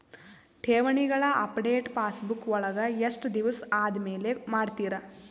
ಠೇವಣಿಗಳ update passbook ವಳಗ ಎಷ್ಟ ದಿವಸ ಆದಮೇಲೆ ಮಾಡ್ತಿರ್?